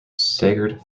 staggered